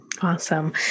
awesome